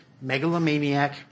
megalomaniac